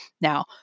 Now